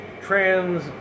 trans